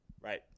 Right